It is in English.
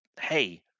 hey